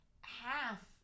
half